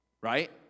Right